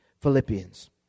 Philippians